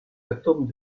atomes